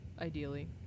Ideally